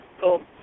Cool